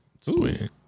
Sweet